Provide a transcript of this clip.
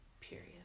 Period